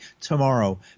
tomorrow